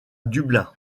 dublin